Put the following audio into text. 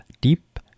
deep